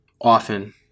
often